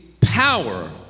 power